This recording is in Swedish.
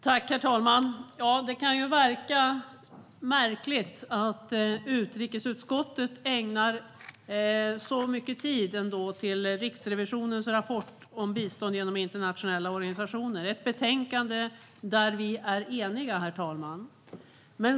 Herr talman! Det kan verka märkligt att utrikesutskottet ägnar så mycket tid till Riksrevisionens rapport om bistånd genom internationella organisationer och ett betänkande där vi är eniga.